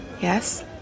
Yes